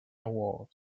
award